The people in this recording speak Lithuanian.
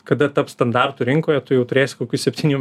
kada taps standartu rinkoje tu jau turės kokių septynių